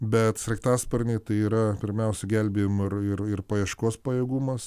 bet sraigtasparniai tai yra pirmiausia gelbėjimo ir ir ir paieškos pajėgumas